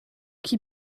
qui